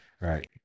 right